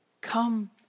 Come